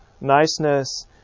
niceness